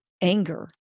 anger